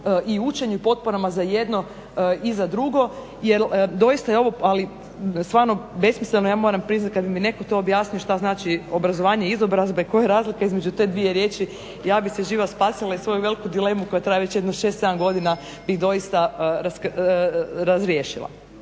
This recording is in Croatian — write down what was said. i učenju i potporama za jedno i za drugo jel doista je ovo stvarno besmisleno. Ja moram priznati kada bi mi netko to objasnio što znači obrazovanje izobrazbe koja je razlika između te dvije riječi ja bi se živa spasila i svoju veliku dilemu koja traje već jedno 6, 7 godina bi doista razriješila.